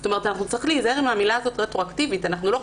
אנחנו נצטרך להיזהר עם המילה הזו "רטרואקטיבית" אנחנו לא